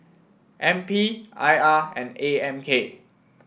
N P I R and A M K